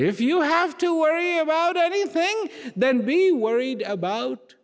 if you have to worry about anything then be worried about